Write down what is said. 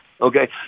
okay